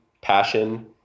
passion